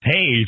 Hey